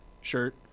shirt